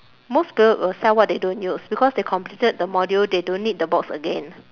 most people will sell what they don't use because they completed the module they don't need the books again